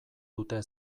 dute